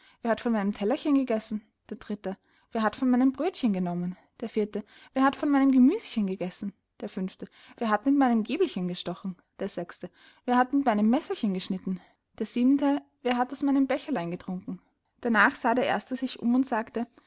wer hat von meinem tellerchen gegessen der dritte wer hat von meinem brödchen genommen der vierte wer hat von meinem gemüschen gegessen der fünfte wer hat mit meinem gäbelchen gestochen der sechste wer hat mit meinem messerchen geschnitten der siebente wer hat aus meinem becherlein getrunken darnach sah der erste sich um und sagte